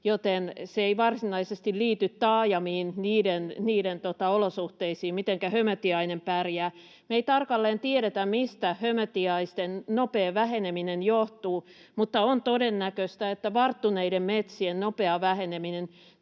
pärjää, ei varsinaisesti liity taajamiin ja niiden olosuhteisiin. Me ei tarkalleen tiedetä, mistä hömötiaisten nopea väheneminen johtuu, mutta on todennäköistä, että varttuneiden metsien nopea väheneminen,